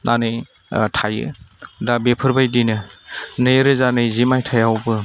नानै थायो दा बेफोरबायदिनो नैरोजा नैजि मायथाइयावबो